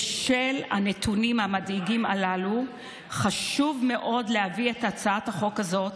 בשל הנתונים המדאיגים הללו חשוב מאוד להביא את הצעת החוק הזאת,